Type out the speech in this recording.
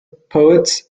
poet